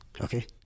Okay